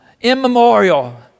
immemorial